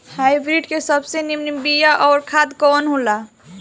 Hybrid के सबसे नीमन बीया अउर खाद कवन हो ला?